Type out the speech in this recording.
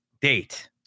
date